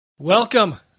Welcome